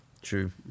True